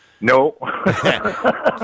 No